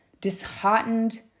disheartened